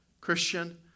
Christian